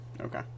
Okay